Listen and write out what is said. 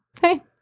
hey